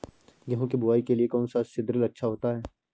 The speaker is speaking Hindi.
गेहूँ की बुवाई के लिए कौन सा सीद्रिल अच्छा होता है?